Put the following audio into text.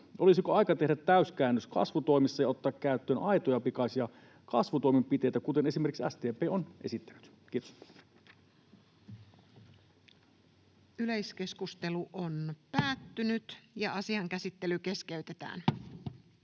Olisiko aika tehdä täyskäännös kasvutoimissa ja ottaa käyttöön aitoja ja pikaisia kasvutoimenpiteitä, kuten esimerkiksi SDP on esittänyt? — Kiitos. [Speech 157] Speaker: Toinen